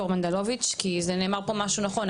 כי נאמר פה משהו נכון.